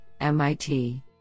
MIT